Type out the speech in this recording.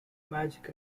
magic